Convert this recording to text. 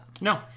No